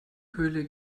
höhle